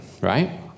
right